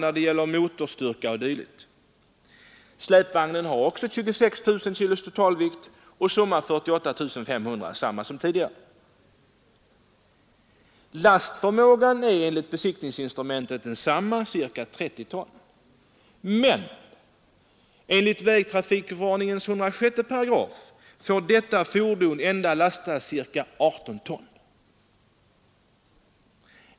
Släpvagnen har en totalvikt på 26 000 kg, summa 48 500 kg. Lastförmågan är enligt besiktningsinstrumentet också densamma, ca 30 ton. Men enligt vägtrafikförordningens 106 § får detta fordon endast lasta ca 18 ton.